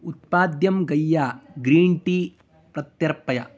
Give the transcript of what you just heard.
उत्पाद्यं गैय्या green tea प्रत्यर्पय